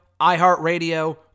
iHeartRadio